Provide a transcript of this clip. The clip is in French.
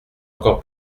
encore